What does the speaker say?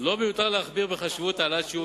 לא מיותר להכביר מלים בחשיבות ההעלאה של